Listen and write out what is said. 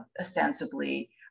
ostensibly